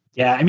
yeah.